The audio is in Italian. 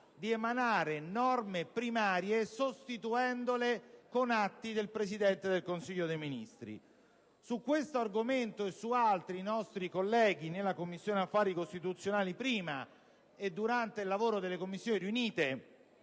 di adottare norme primarie, sostituendole con atti del Presidente del Consiglio dei ministri. Su questo argomento e su altri, i nostri colleghi, nella Commissione affari costituzionali, prima, e poi durante il lavoro delle Commissioni riunite